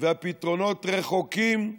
והפתרונות רחוקים,